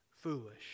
foolish